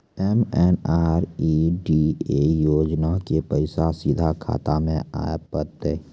MNREGA योजना के पैसा सीधा खाता मे आ जाते?